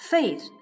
Faith